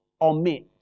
omit